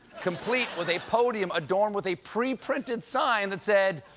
complete with a podium adorned with a preprinted sign that said,